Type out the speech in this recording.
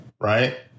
right